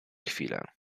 chwilę